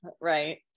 Right